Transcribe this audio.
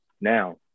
now